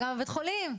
נכון.